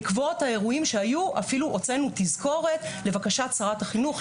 בעקבות האירועים שהיו אפילו הוצאנו תזכורת לבקשת שרת החינוך,